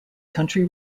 country